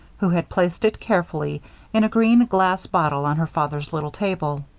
who had placed it carefully in a green glass bottle on her father's little table.